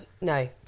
no